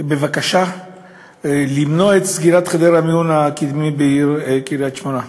בבקשה למנוע את סגירת חדר המיון הקדמי בעיר קריית-שמונה.